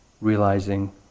realizing